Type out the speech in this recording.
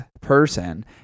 person